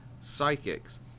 psychics